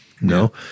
no